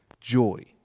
joy